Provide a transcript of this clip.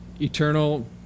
eternal